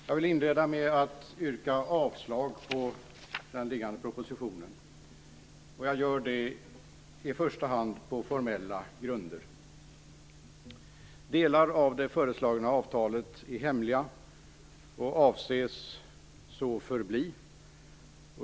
Fru talman! Jag vill inleda med att yrka avslag på förslagen i propositionen. Jag gör det i första hand på formella grunder. Delar av det föreslagna avtalet är hemliga och avses så förbli.